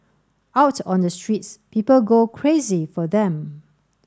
out on the streets people go crazy for them